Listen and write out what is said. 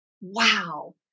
wow